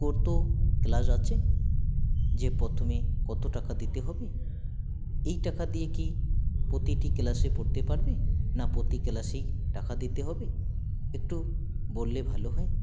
কত ক্লাস আছে যে প্রথমে কত টাকা দিতে হবে এই টাকা দিয়ে কি প্রতিটি ক্লাসে পড়তে পারবে না প্রতি ক্লাসেই টাকা দিতে হবে একটু বললে ভালো হয়